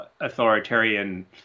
authoritarian